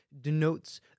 denotes